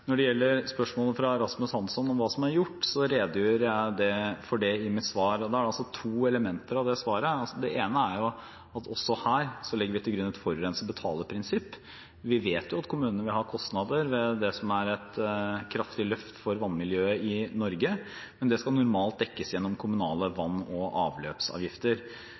Når det gjelder spørsmålet fra representanten Rasmus Hansson om hva som er gjort, redegjorde jeg for det i mitt svar. Det er to elementer i det svaret. Det ene er at også her legger vi til grunn et forurenser betaler-prinsipp. Vi vet at kommunene vil ha kostnader med det som er et kraftig løft for vannmiljøet i Norge, men det skal normalt dekkes gjennom kommunale vann- og avløpsavgifter.